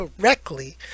correctly